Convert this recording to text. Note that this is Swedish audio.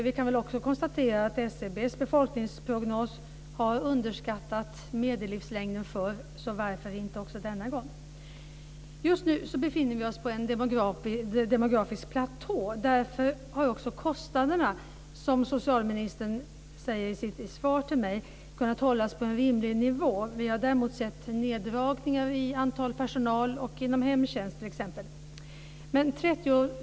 Vi kan också konstatera att SCB:s befolkningsprognos har underskattat medellivslängden förr, så varför inte också denna gång? Just nu befinner vi oss på en demografisk platå. Därför har också kostnaderna, som socialministern säger i sitt svar till mig, kunnat hållas på en rimlig nivå. Däremot har vi sett neddragningar av personalen, t.ex. inom hemtjänst.